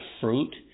fruit